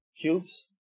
cubes